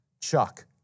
chuck